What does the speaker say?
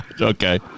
Okay